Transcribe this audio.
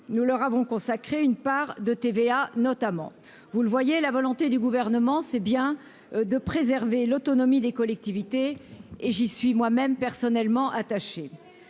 nous leur avons consacré une part de TVA notamment, vous le voyez, la volonté du gouvernement, c'est bien de préserver l'autonomie des collectivités et j'y suis moi- même personnellement attaché